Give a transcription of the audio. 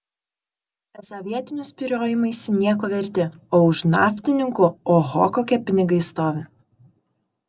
esą vietinių spyriojimaisi nieko verti o už naftininkų oho kokie pinigai stovi